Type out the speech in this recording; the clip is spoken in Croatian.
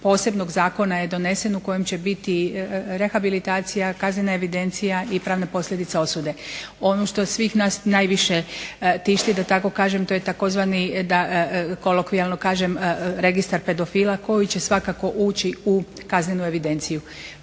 posebnog zakona je donesen u kojem će biti rehabilitacija, kaznena evidencija i pravna posljedica osude. Ono što svih nas najviše tišti da tako kažem to je tzv. kolokvijalno kažem registar pedofila koji će svakako ući u kaznenu evidenciju.